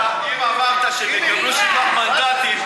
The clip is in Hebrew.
אם אמרת שהם יקבלו שבעה מנדטים,